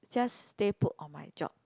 just stay put on my job